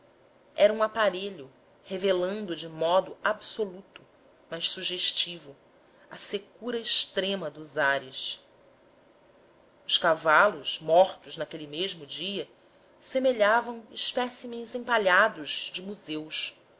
era um aparelho revelando de modo absoluto mas sugestivo a secura extrema dos ares os cavalos mortos naquele mesmo dia semelhavam espécimens empalhados de museus